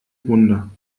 wunder